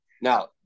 now